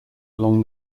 along